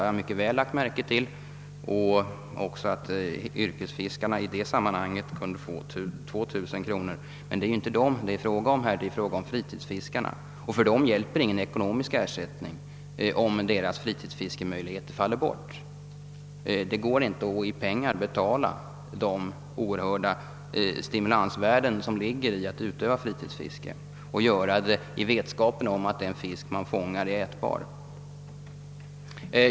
Jag har mycket väl lagt märke till det och även till att yrkesfiskarna i dessa sammanhang kan få 2000 kronor, men det är inte dem det är fråga om utan det gäller fritidsfiskarna. De är inte hjälpta av en ekonomisk ersättning, om deras fritidsfiskemöjligheter faller bort. Det går inte att med pengar kompensera de oerhörda stimulansvärden som ligger i att utöva fritidsfiske, speciellt i vetskap om att den fisk man fångar är ätbar.